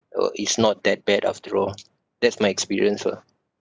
oh it's not that bad after all that's my experience lah